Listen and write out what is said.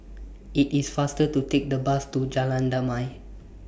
IT IS faster to Take The Bus to Jalan Damai